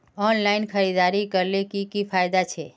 Online खरीदारी करले की की फायदा छे?